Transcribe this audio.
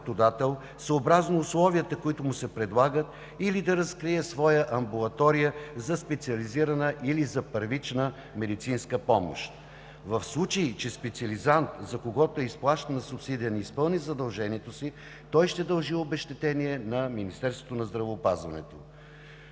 съобразно условията, които му се предлагат, или да разкрие своя амбулатория за специализирана или първична медицинска помощ. В случай че специализант, за когото е изплащана субсидия, не изпълни задължението си, ще дължи обезщетение на Министерството на здравеопазването.